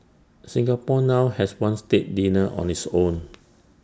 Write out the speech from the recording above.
Singapore now has one state dinner on its own